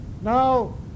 now